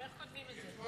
חבר הכנסת רמון,